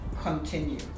continue